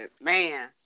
man